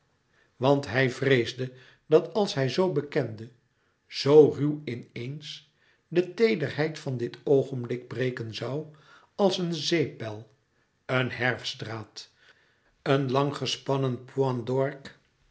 want hij vreesde dat als hij zo bekende zoo ruw in eens de teederheid van dit oogenblik breken zoû als een zeepbel een herfstdraad een lang gesponnen